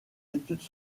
études